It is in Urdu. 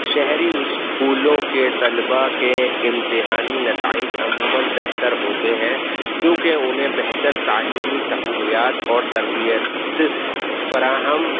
شہری اسکولوں کے طلباء کے امتحانی نتائج عموماً بہتر ہوتے ہیں کیونکہ انہیں بہتر تعلیمی سہولیات اور تربیت فراہم